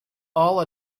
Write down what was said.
all